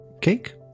Cake